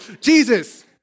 Jesus